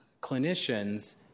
clinicians